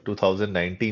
2019